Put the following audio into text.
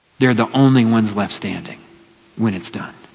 they're the only ones left standing when it's done.